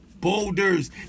boulders